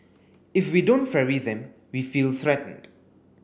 if we don't ferry them we feel threatened